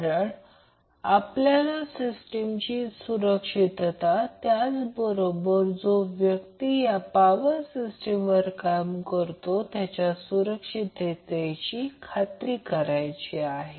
कारण आपल्याला सिस्टीमची सुरक्षितता त्याबरोबरच जो व्यक्ती या पावर सिस्टीमवर काम करतो त्याच्या सुरक्षिततेची खात्री करायची आहे